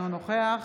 אינו נוכח